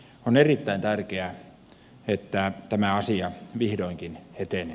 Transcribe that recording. on erittäin tärkeää että tämä asia vihdoinkin etenee